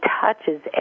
touches